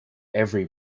every